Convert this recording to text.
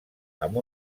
amb